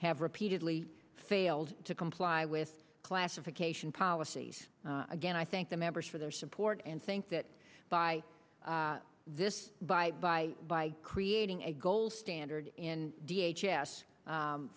have repeatedly failed to comply with classification policies again i thank the members for their support and think that by this by by by creating a gold standard in d h s